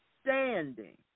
standing